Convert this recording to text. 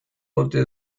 ote